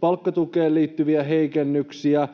palkkatukeen liittyviä heikennyksiä,